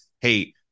Hey